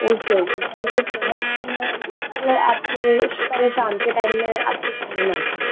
okay okay thank you so much तो मैं ना कल आपके इश कल शाम के टाइम में आपके शोरूम आती हूँ